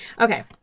Okay